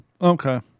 okay